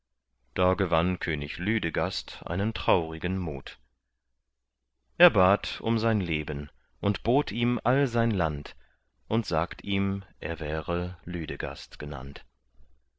da gewann könig lüdegast einen traurigen mut er bat ihn um sein leben und bot ihm all sein land und sagt ihm er wäre lüdegast genannt